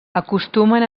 acostumen